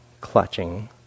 clutching